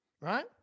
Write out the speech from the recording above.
right